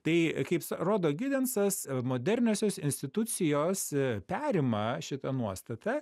tai kaip rodo gidensas moderniosios institucijos perima šitą nuostatą